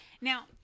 Now